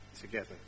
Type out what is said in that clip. together